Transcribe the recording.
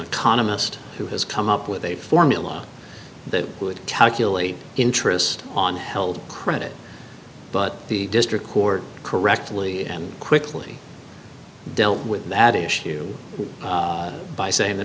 economist who has come up with a formula that would calculate interest on held credit but the district court correctly and quickly dealt with bad issue by saying that